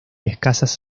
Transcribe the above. escasas